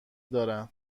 دارن